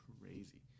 crazy